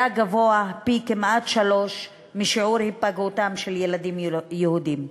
גבוה כמעט פי-שלושה משיעור היפגעותם של ילדים יהודים.